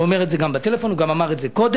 הוא אומר את זה גם בטלפון, הוא גם אמר את זה קודם.